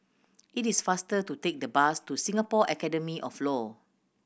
it is faster to take the bus to Singapore Academy of Law